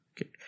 Okay